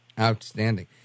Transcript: Outstanding